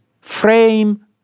frame